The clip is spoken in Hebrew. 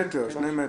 לא,